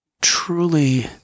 truly